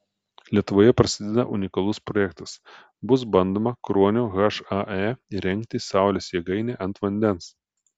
lietuvoje prasideda unikalus projektas bus bandoma kruonio hae įrengti saulės jėgainę ant vandens